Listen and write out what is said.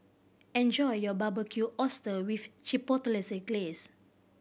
enjoy your Barbecued Oyster with Chipotle Glaze